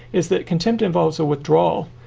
is that contempt involves a withdrawal.